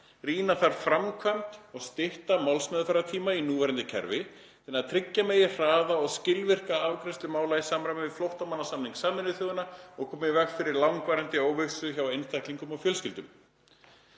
Rýna þarf framkvæmd og stytta málsmeðferðartíma í núverandi kerfi, þannig að tryggja megi hraða og skilvirka afgreiðslu mála í samræmi við flóttamannasamning Sameinuðu þjóðanna og koma í veg fyrir langvarandi óvissu hjá einstaklingum og fjölskyldum.“